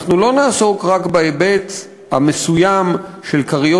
אנחנו לא נעסוק רק בהיבט המסוים של כריות